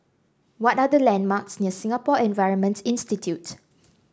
what are the landmarks near Singapore Environment Institute